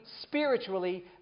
spiritually